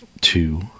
two